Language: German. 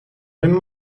den